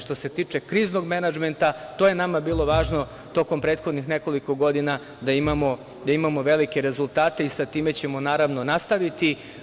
Što se tiče kriznog menadžmenta, to je nama bilo važno tokom prethodnih nekoliko godina da imamo velike rezultate i sa time ćemo, naravno, nastaviti.